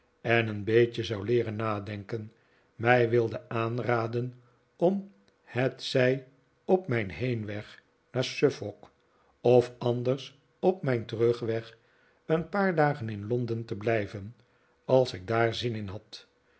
en een beetje zou leeren nadenken mij wilde aanraden om hetzij op mijn heenweg naar suffolk of anders op mijn terugweg een paar dagen in londen te blijven als ik daar zin in had